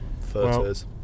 photos